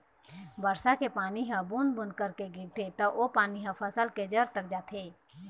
बरसा के पानी ह बूंद बूंद करके गिरथे त ओ पानी ह फसल के जर तक जाथे